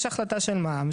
יש החלטה של מע"מ,